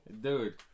Dude